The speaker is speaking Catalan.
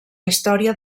història